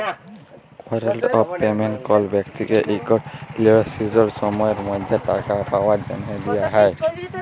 warrant অফ পেমেল্ট কল ব্যক্তিকে ইকট লিরদিসট সময়ের মধ্যে টাকা পাউয়ার জ্যনহে দিয়া হ্যয়